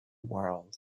world